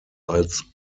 als